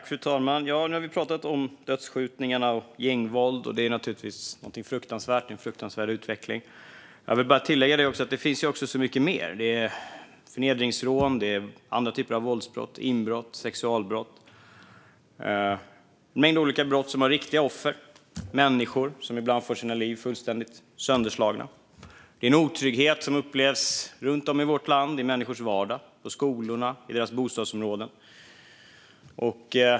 Fru talman! Nu har vi pratat om dödsskjutningar och gängvåld, och det är en fruktansvärd utveckling. Men det finns så mycket mer. Det är fråga om förnedringsrån och andra typer av våldsbrott, inbrott och sexualbrott. Det är en mängd olika brott med riktiga offer, människor som ibland får sina liv fullständigt sönderslagna. Det är en otrygghet som upplevs runt om i vårt land, i människors vardag, på skolorna, i bostadsområdena.